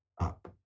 up